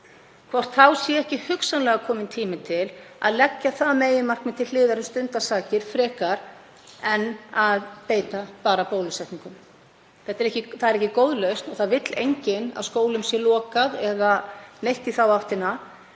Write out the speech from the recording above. hvort þá sé ekki hugsanlega kominn tími til að leggja það meginmarkmið til hliðar um stundarsakir frekar en að beita bara bólusetningum. Það er ekki góð lausn og það vill enginn að skólum sé lokað eða neitt í þá áttina